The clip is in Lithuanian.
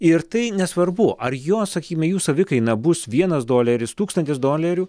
ir tai nesvarbu ar jos sakykime jų savikaina bus vienas doleris tūkstantis dolerių